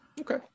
Okay